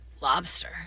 lobster